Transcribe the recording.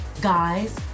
guys